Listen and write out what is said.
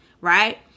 right